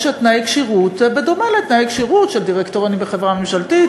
תנאי כשירות בדומה לתנאי כשירות של דירקטוריונים בחברה ממשלתית,